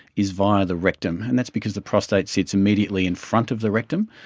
is via the rectum, and that's because the prostate sits immediately in front of the rectum,